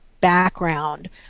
background